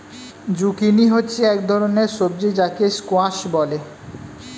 zucchini হচ্ছে এক ধরনের সবজি যাকে স্কোয়াশ বলে